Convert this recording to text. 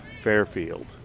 Fairfield